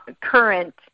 current